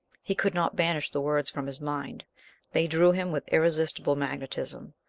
he could not banish the words from his mind they drew him with irresistible magnetism.